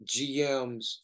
GMs